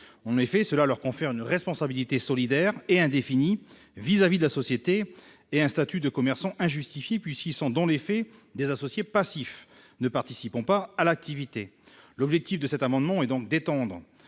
Cela leur confère en effet une responsabilité solidaire et indéfinie vis-à-vis de la société et un statut de commerçant injustifié, puisqu'ils sont, dans les faits, des associés passifs ne participant pas à l'activité. L'objectif de cet amendement est d'étendre